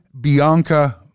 Bianca